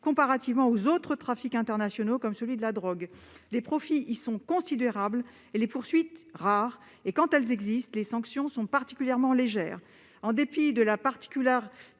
comparativement aux autres trafics internationaux comme celui de la drogue. Les profits y sont considérables et les poursuites rares. Quand elles existent, les sanctions sont particulièrement légères. En dépit de la particulière